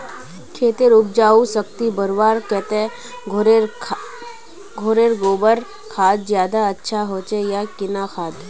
खेतेर उपजाऊ शक्ति बढ़वार केते घोरेर गबर खाद ज्यादा अच्छा होचे या किना खाद?